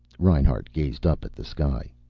reinhart gazed up at the sky.